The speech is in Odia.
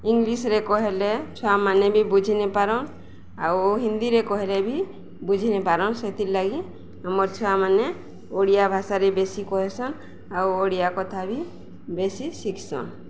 ଇଂଲିଶ୍ରେ କହେଲେ ଛୁଆମାନେ ବି ବୁଝିିନେପାରନ୍ ଆଉ ହିନ୍ଦୀରେ କହେଲେ ବି ବୁଝିନେପାରନ୍ ସେଥିର୍ଲାଗି ଆମର୍ ଛୁଆମାନେ ଓଡ଼ିଆ ଭାଷାରେ ବେଶି କହେସନ୍ ଆଉ ଓଡ଼ିଆ କଥା ବି ବେଶି ଶିଖ୍ସନ୍